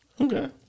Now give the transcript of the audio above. Okay